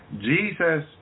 jesus